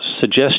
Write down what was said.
suggest